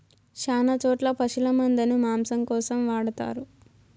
శ్యాన చోట్ల పశుల మందను మాంసం కోసం వాడతారు